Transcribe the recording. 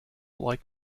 like